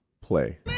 Play